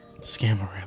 Scammer